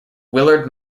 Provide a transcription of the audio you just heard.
willard